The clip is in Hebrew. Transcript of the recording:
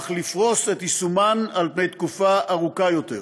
אך לפרוס את יישומן על פני תקופה ארוכה יותר.